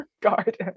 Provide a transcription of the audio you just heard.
guard